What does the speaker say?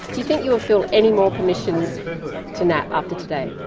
you think you'll feel any more permission to nap after today?